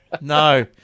No